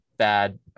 bad